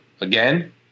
again